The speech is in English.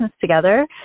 together